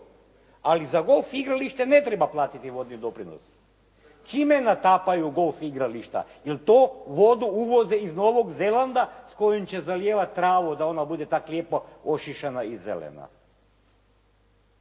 ali za golf igralište ne treba platiti vodni doprinos. Čime natapaju golf igrališta? Jel to vodu uvoze iz Novog Zelanda s kojom će zalijevati travu da ona bude tako lijepo ošišana i zelena?